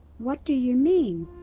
what do you mean,